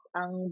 ang